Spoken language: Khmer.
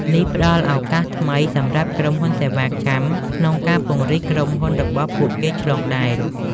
នេះផ្តល់ឱកាសថ្មី សម្រាប់ក្រុមហ៊ុនសេវាកម្មក្នុងការពង្រីកក្រុមហ៊ុនរបស់ពួកគេឆ្លងដែន។